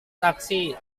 taksi